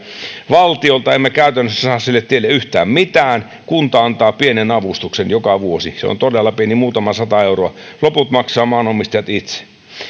valtiolta emme käytännössä saa sille tielle yhtään mitään kunta antaa pienen avustuksen joka vuosi se on todella pieni muutama sata euroa loput maksavat maanomistajat itse